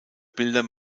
bilder